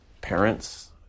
parents